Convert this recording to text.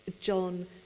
John